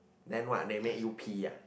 then why they make you pee ya